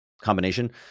combination